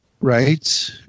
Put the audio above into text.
Right